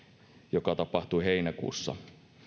joka tapahtui heinäkuussa